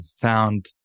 found